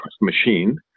machine